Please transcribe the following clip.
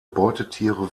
beutetiere